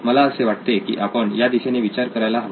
मला असे वाटते की आपण या दिशेने विचार करायला हवा